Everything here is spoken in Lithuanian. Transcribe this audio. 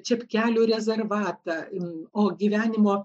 čepkelių rezervatą o gyvenimo